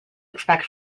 expect